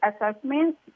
Assessment